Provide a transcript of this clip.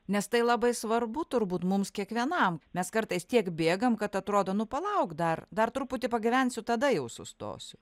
nes tai labai svarbu turbūt mums kiekvienam mes kartais tiek bėgam kad atrodo nu palauk dar dar truputį pagyvensiu tada jau sustosiu